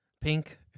pink